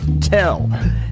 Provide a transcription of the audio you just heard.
tell